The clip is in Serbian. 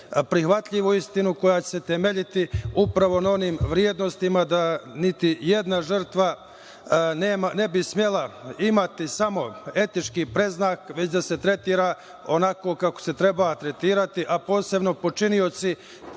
prihvatljivu istinu koja će se temeljiti upravo na onim vrednostima da niti jedna žrtva ne bi smela imati samo etički predznak, već da se tretira onako kako se treba tretirati, a posebno počinioci